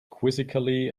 quizzically